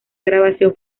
grabación